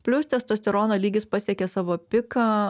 plius testosterono lygis pasiekia savo piką